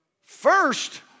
first